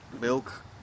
Milk